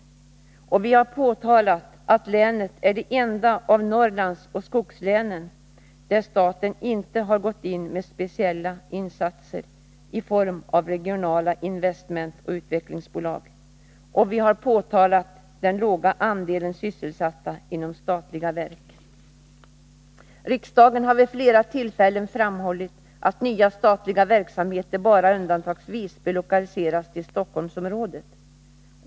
Vi har påtalat att länet är det enda av Norrlandsoch skogslänen där staten inte har gått in med speciella insatser i form av regionala investmentoch utvecklingsbolag, och vi har påtalat den låga andelen sysselsatta inom statliga verk. Riksdagen har vid flera tillfällen framhållit att nya statliga verksamheter bara undantagsvis bör lokaliseras till Stockholmsområdet.